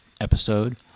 episode